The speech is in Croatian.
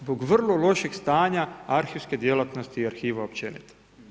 Zbog vrlo lošeg stanja arhivske djelatnosti i arhiva općenito.